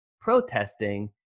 protesting